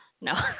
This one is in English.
No